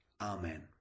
Amen